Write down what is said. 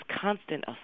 constant